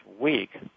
week